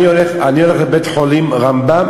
אני הולך לבית-חולים רמב"ם,